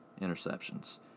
interceptions